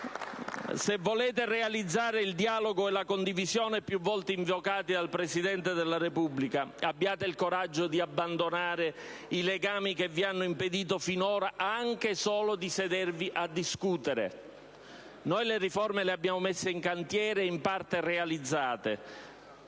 Se volete realizzare il dialogo e la condivisione più volte invocati dal Presidente della Repubblica, abbiate il coraggio di abbandonare i legami che vi hanno impedito finora anche solo di sedervi a discutere. Noi le riforme le abbiamo messe in cantiere e in parte realizzate.